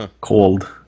cold